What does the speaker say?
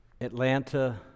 Atlanta